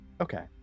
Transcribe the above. okay